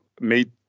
made